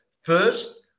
First